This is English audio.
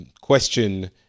question